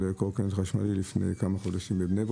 קורקינט חשמלי לפני כמה חודשים בבני ברק.